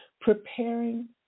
preparing